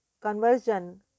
conversion